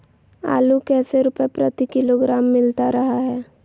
आलू कैसे रुपए प्रति किलोग्राम मिलता रहा है?